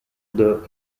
the